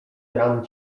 ran